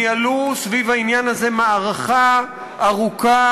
ניהלו סביב העניין הזה מערכה ארוכה,